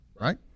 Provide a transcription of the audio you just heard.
Right